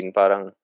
parang